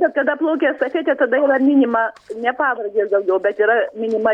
bet kada plaukia estafete tada yra minima ne pavardės daugiau bet yra minima